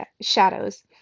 shadows